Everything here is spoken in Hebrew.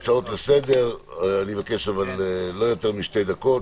הצעות לסדר, אני מבקש לא יותר משתי דקות.